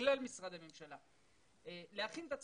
לכלל משרדי הממשלה ולקרוא להם להכין את עצמם.